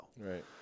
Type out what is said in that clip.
right